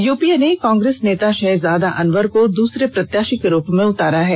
UPA ने कांग्रेस नेता षहजादा अनवर को दूसरे प्रत्याषी के रूप में उतारा है